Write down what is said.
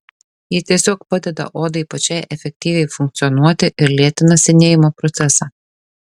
ji tiesiog padeda odai pačiai efektyviai funkcionuoti ir lėtina senėjimo procesą